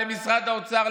למשרד האוצר,